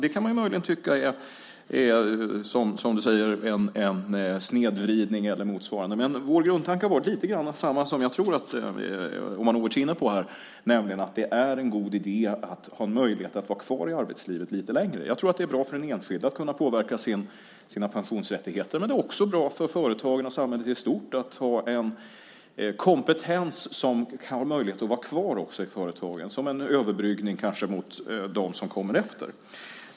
Det kan man möjligen tycka är, som du säger, en snedvridning eller motsvarande. Vår grundtanke har ändå varit lite grann densamma som jag tror att Omanovic är inne på här, nämligen att det är en god idé att ha möjlighet för folk att vara kvar i arbetslivet lite längre. Jag tror att det är bra för den enskilda att kunna påverka sina pensionsrättigheter, men det är också bra för företagen och samhället i stort att ha en kompetens som man kan få möjlighet att ha kvar i företagen, kanske som en överbryggning i förhållande till dem som kommer efter.